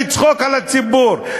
לצחוק על הציבור,